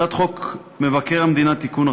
הצעת חוק מבקר המדינה (תיקון,